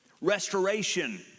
restoration